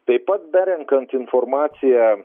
taip pat berenkant informaciją